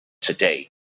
today